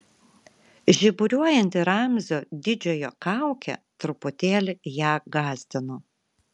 žiburiuojanti ramzio didžiojo kaukė truputėlį ją gąsdino